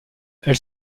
elle